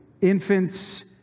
infants